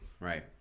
right